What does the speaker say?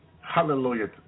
Hallelujah